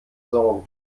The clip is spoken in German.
sorgen